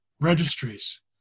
registries